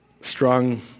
strong